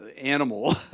animal